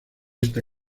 esta